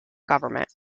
government